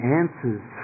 answers